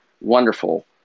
wonderful